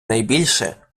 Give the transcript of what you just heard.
найбільше